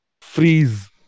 Freeze